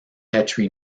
petri